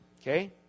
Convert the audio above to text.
Okay